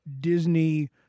Disney